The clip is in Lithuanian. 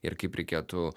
ir kaip reikėtų